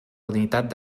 unitat